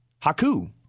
Haku